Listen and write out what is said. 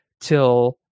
till